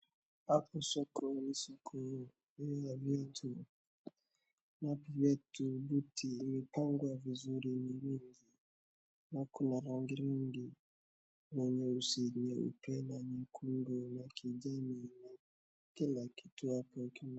Hapo soko ni soko ya viatu ambayo imepangwa vizuri ambayo ina rangi i rangi ya nyeusi ,nyeuoe na nyekundu ya kijani na kila kitu.